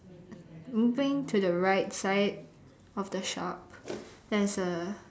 moving to the right side of the shop there's a